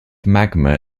magma